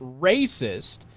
racist